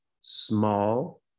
small